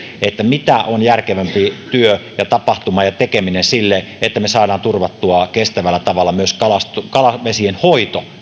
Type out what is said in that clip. mitä on järkevämpi työ ja tapahtuma ja tekeminen siten että me saamme turvattua kestävällä tavalla myös kalavesien hoidon